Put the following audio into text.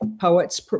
poets